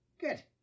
good